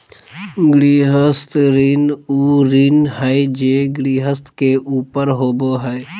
गृहस्थ ऋण उ ऋण हइ जे गृहस्थ के ऊपर होबो हइ